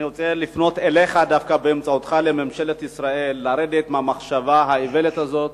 אני רוצה לפנות באמצעותך לממשלת ישראל לרדת ממחשבת האיוולת הזאת